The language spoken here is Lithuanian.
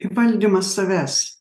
įvaldymas savęs